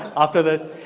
after this.